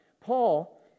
Paul